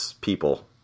people